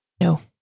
No